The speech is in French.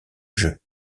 jeu